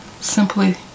Simply